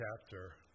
chapter